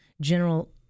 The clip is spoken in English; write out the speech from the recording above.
General